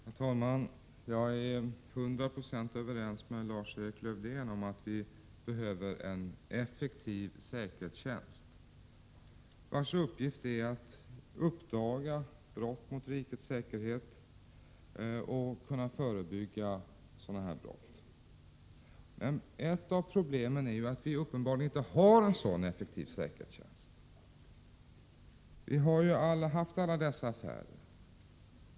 Herr talman! Jag är till hundra procent överens med Lars-Erik Lövdén om att vi behöver en effektiv säkerhetstjänst vars uppgift skall vara att uppdaga brott mot rikets säkerhet och förebygga sådana brott. Men ett av problemen är att vi uppenbarligen inte har en sådan effektiv säkerhetstjänst. Vi har ju haft alla dessa affärer.